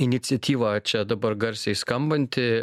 iniciatyva čia dabar garsiai skambanti